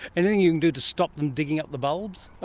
anything you can do to stop them digging up the bulbs?